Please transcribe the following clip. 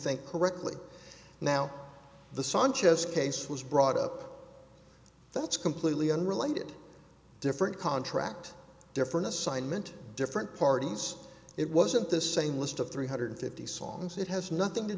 think correctly now the sanchez case was brought up that's completely unrelated different contract different assignment different parties it wasn't the same list of three hundred fifty songs it has nothing to